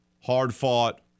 hard-fought